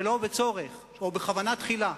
שלא לצורך, או בכוונה תחילה.